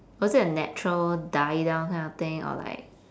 was is it a natural die down kind of thing or like